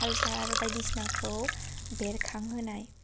culture बायदिसिनाखौ बेरखांहोनाय